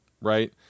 right